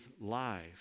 life